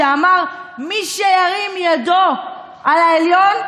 שאמר: מי שירים ידו על העליון,